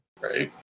Right